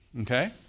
Okay